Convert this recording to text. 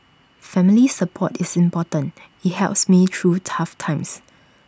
family support is important IT helps me through tough times